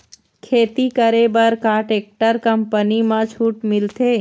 खेती करे बर का टेक्टर कंपनी म छूट मिलथे?